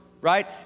right